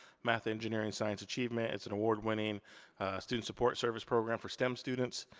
math, engineering, science, achievement, it's an award winning student support service program for stem students.